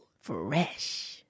Fresh